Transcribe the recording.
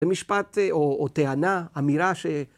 ‫במשפט או טענה, אמירה ש...